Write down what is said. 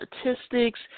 statistics